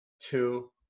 two